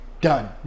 done